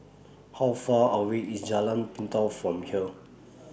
How Far away IS Jalan Pintau from here